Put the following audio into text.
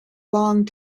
long